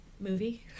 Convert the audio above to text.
movie